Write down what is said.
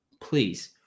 Please